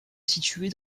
situé